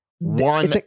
one